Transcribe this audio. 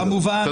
כמובן, כמובן.